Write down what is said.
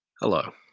Hello